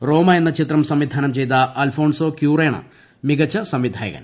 റോമ എന്ന ചിത്രം സംവിധാനം ചെയ്ത അൽഫോൺസോ ക്യുറോണാണ് മികച്ച സംവിധായകൻ